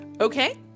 okay